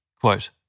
Quote